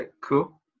cool